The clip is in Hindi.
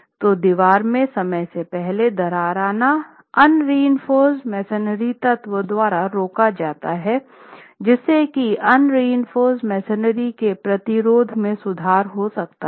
तो दीवार में समय से पहले दरार आना अनरीइंफोर्स्ड मेसनरी तत्व द्वारा रोका जाता है जिससे कि अनरीइंफोर्स्ड मेसनरी के प्रतिरोध में सुधार हो सकता है